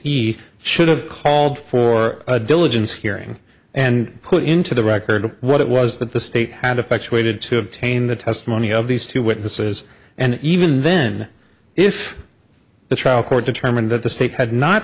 he should have called for a diligence hearing and put into the record what it was that the state had effectuated to obtain the testimony of these two witnesses and even then if the trial court determined that the state had not